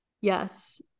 Yes